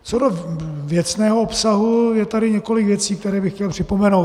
Co do věcného obsahu je tady několik věcí, které bych chtěl připomenout.